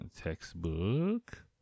textbook